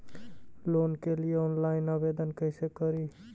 Loan के लिये online आवेदन कैसे करि?